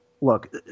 look